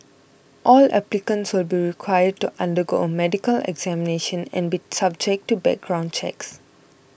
all applicants will be required to undergo a medical examination and be subject to background checks